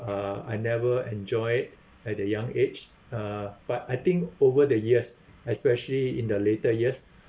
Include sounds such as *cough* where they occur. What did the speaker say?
uh I never enjoy it at a young age uh but I think over the years especially in the later years *breath*